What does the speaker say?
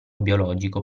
biologico